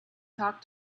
talk